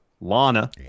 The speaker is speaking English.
Lana